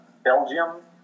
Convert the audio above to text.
Belgium